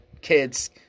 kids